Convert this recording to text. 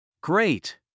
great